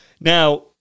now